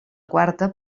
quarta